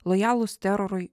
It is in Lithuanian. lojalūs terorui